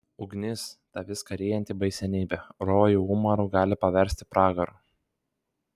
ugnis ta viską ryjanti baisenybė rojų umaru gali paversti pragaru